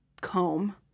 comb